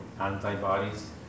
antibodies